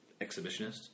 exhibitionist